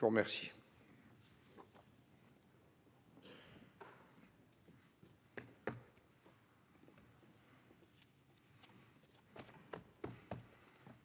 Je vous remercie,